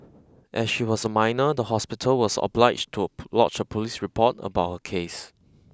as she was a minor the hospital was obliged to lodge a police report about her case